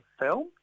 film